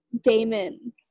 damon